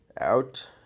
out